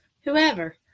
whoever